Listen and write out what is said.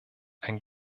ein